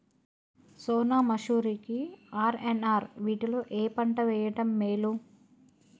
సోనా మాషురి కి ఆర్.ఎన్.ఆర్ వీటిలో ఏ పంట వెయ్యడం మేలు?